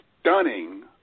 stunning